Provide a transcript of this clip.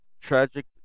tragic